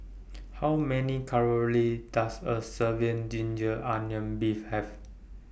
How Many Calories Does A Serving Ginger Onions Beef Have